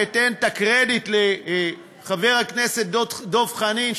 ואתן את הקרדיט לחבר הכנסת דב חנין,